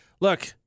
look